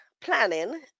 planning